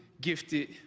gifted